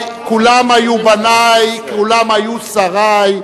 רבותי, כולם היו בני, כולם היו שרי.